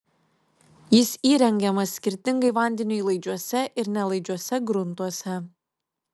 jis įrengiamas skirtingai vandeniui laidžiuose ir nelaidžiuose gruntuose